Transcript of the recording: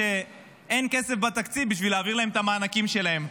שאין כסף בתקציב בשביל להעביר להם את המענקים שלהם.